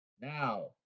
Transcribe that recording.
Now